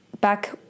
back